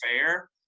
fair